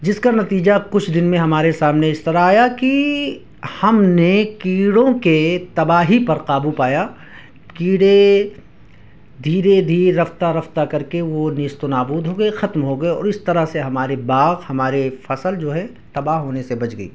جس کا نتیجہ کچھ دن میں ہمارے سامنے اس طرح آیا کہ ہم نے کیڑوں کے تباہی پر قابو پایا کیڑے دھیرے دھیرے رفتہ رفتہ کر کے وہ نیست و نابود ہو گئے ختم ہو گئے اور اس طرح سے ہمارے باغ ہمارے فصل جو ہے تباہ ہونے سے بچ گئی